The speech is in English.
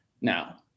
now